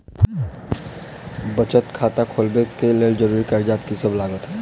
बचत खाता खोलाबै कऽ लेल जरूरी कागजात की सब लगतइ?